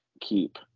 keep